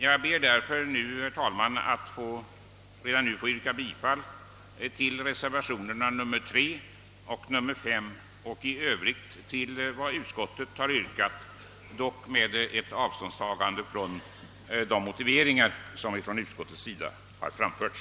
Jag ber, herr talman, att redan nu få yrka bifall till reservationerna nr 3 och nr 5 vid bevillningsutskottets betänkande nr 2 samt i övrigt till vad utskottet har hemställt, dock med avståndstagande från de motiveringar som från utskottets sida har framförts.